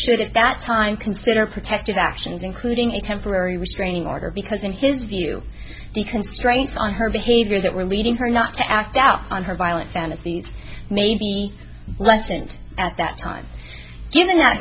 should at that time consider protective actions including a temporary restraining order because in his view the constraints on her behavior that were leading her not to act out on her violent fantasies maybe left and at that time given that